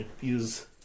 use